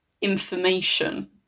information